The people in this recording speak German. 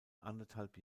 anderthalb